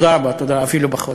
תודה רבה, אפילו פחות.